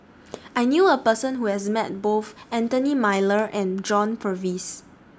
I knew A Person Who has Met Both Anthony Miller and John Purvis